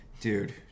Dude